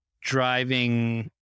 driving